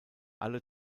alle